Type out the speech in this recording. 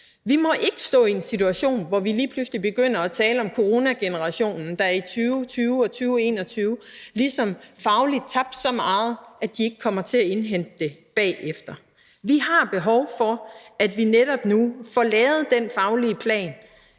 Vi må ikke stå i en situation, hvor vi lige pludselig begynder at tale om coronagenerationen, der i 2020 og 2021 ligesom fagligt tabte så meget, at de ikke kommer til at indhente det bagefter. Vi har behov for, at vi netop nu får lavet den faglige plan